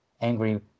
angry